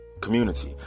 Community